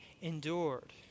endured